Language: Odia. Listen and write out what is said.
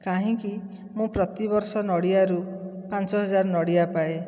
କାହିଁକି ମୁଁ ପ୍ରତିବର୍ଷ ନଡ଼ିଆରୁ ପାଞ୍ଚ ହଜାର ନଡ଼ିଆ ପାଏ